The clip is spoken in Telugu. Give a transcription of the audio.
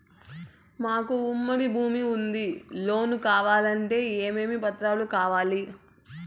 మాకు ఉమ్మడి భూమి ఉంది లోను కావాలంటే ఏమేమి పత్రాలు కావాలి?